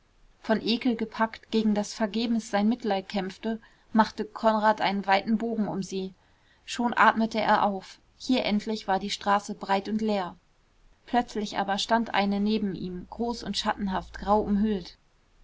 von ekel gepackt gegen das vergebens sein mitleid kämpfte machte konrad einen weiten bogen um sie schon atmete er auf hier endlich war die straße breit und leer plötzlich aber stand eine neben ihm groß und schattenhaft grau umhüllt